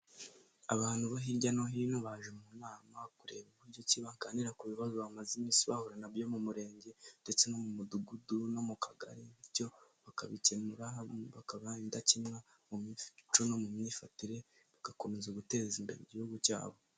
Abantu bo hirya no hino baje mu nama, kureba uburyo ki baganira ku bibazo bamaze iminsi bahura nabyo mu murenge ndetse no mu mudugudu no mu kagari bityo bakabikemura bakaba indakemwa mu mico no mu myifatire, bagakomeza guteza imbere igihugu cyabo.